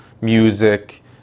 music